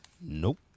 Nope